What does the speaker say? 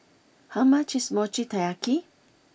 how much is Mochi Taiyaki